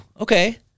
okay